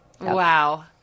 Wow